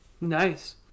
nice